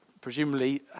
presumably